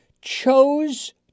chose